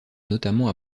notamment